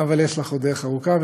אבל יש לך עוד דרך ארוכה.